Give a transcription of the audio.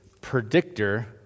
predictor